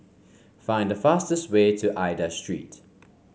find the fastest way to Aida Street